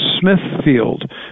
Smithfield